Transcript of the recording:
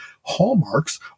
hallmarks